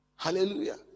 Hallelujah